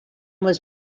was